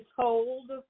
told